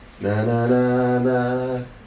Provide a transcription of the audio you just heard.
na-na-na-na